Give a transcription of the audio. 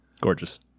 gorgeous